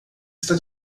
está